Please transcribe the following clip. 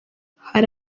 hari